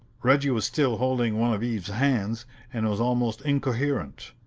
reggie was still holding one of eve's hands and was almost incoherent.